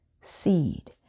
seed